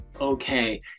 Okay